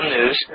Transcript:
News